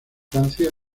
francia